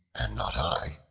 and not i,